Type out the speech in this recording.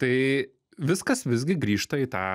tai viskas visgi grįžta į tą